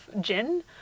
gin